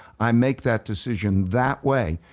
i make that decision that way,